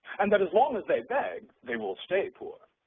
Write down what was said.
and that as long as they beg they will stay poor.